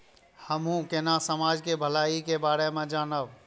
हमू केना समाज के भलाई के बारे में जानब?